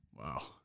Wow